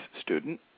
student